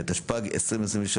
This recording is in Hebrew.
התשפ"ג-2023,